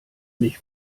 nicht